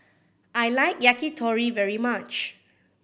I like Yakitori very much